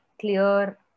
clear